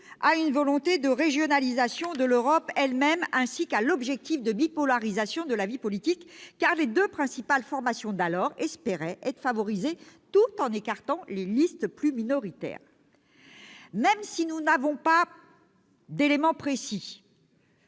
à une volonté de régionalisation de l'Europe elle-même, ainsi qu'à l'objectif de bipolarisation de la vie politique, car les deux principales formations d'alors espéraient être favorisées, tout en écartant les listes plus minoritaires. Même si nous n'avons pas d'éléments précis,